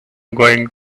going